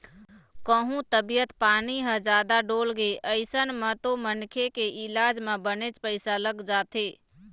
कहूँ तबीयत पानी ह जादा डोलगे अइसन म तो मनखे के इलाज म बनेच पइसा लग जाथे